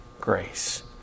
grace